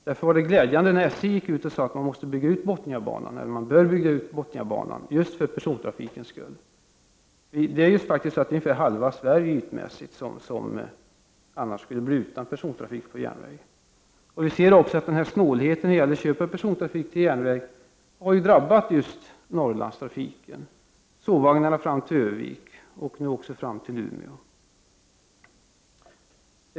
Det var därför glädjande när SJ gick ut och sade att man bör bygga ut Bothniabanan just för persontrafikens skull. Ser vi till ytan skulle annars halva Sverige bli utan persontrafik på järnväg. Vi ser också att snålheten när det gäller köp av persontrafik på järnväg har drabbat just Norrlandstrafiken. Det gäller sovvagnarna till Örnsköldsvik och nu också till Umeå.